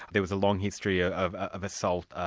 there was a long history ah of of assault,